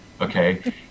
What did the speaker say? okay